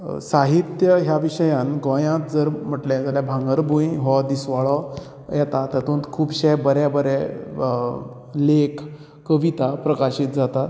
साहित्य ह्या विशयांत गोंयांत म्हटले जाल्यार भांगरभूंय हो दिसवाळो येतात तातूंत खुबशें बरें बरें लेख कविता प्रकाशीत जाता त